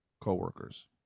coworkers